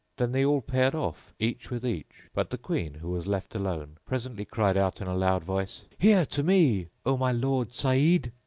then they all paired off, each with each but the queen, who was left alone, presently cried out in a loud voice, here to me, o my lord saeed!